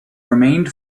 remained